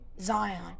Zion